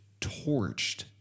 torched